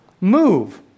move